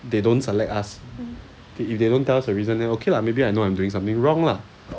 they don't select us if they don't tell us the reason then okay lah maybe I know I'm doing something wrong lah